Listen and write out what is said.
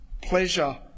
pleasure